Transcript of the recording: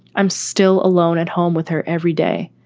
i'm still alone at home with her every day.